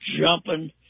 jumping